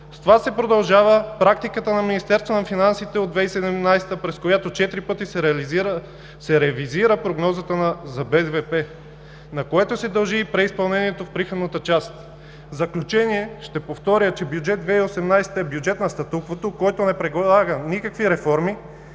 С това се продължава практиката на Министерство на финансите от 2017 г., през която четири пъти се ревизира прогнозата на БВП, на което се дължи и преизпълнението в приходната част. В заключение ще повторя, че Бюджет 2018 е бюджет на статуквото, което не предлага никакви реформи.